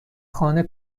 خانه